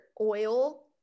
oil